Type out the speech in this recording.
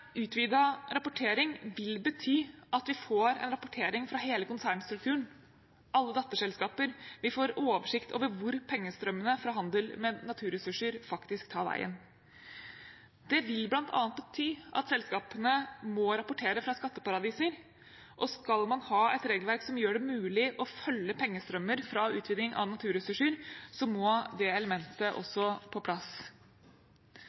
vi får en rapportering fra hele konsernstrukturen, alle datterselskaper, vi får oversikt over hvor pengestrømmene fra handel med naturressurser faktisk tar veien. Det vil bl.a. bety at selskapene må rapportere fra skatteparadiser. Og skal man ha et regelverk som gjør det mulig å følge pengestrømmer fra utvinning av naturressurser, må det elementet også på plass.